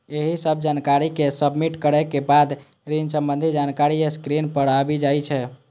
एहि सब जानकारी कें सबमिट करै के बाद ऋण संबंधी जानकारी स्क्रीन पर आबि जाइ छै